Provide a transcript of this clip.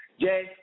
Jay